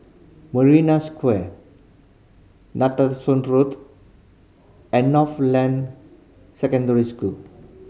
Marina Square Netheravon Road and Northland Secondary School